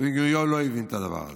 בן-גוריון לא הבין את הדבר הזה,